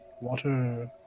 water